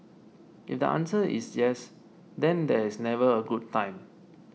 if the answer is yes then there's never a good time